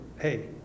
hey